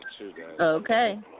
Okay